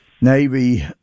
Navy